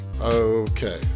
Okay